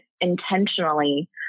intentionally